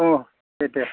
औ दे दे